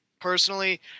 personally